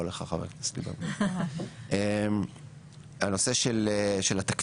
לך חבר הכנסת ליברמן- הנושא של התקציב,